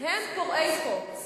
פורעי חוק.